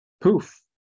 poof